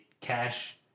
cash